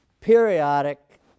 periodic